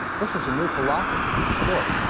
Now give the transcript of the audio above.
this was a new philosophy for the court.